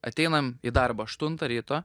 ateinam į darbą aštuntą ryto